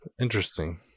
interesting